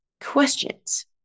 questions